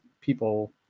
people